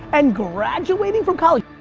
and graduating from college,